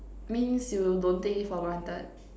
means you don't take it for granted